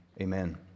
Amen